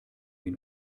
ihn